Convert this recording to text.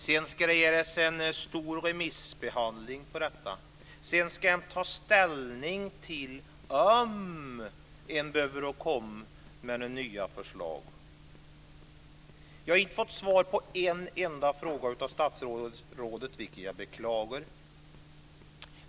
Sedan ska det bli en omfattande remissbehandling. Därefter ska man ta ställning till om man behöver komma med nya förslag. Jag har inte fått svar på en enda fråga av statsrådet, vilket jag beklagar.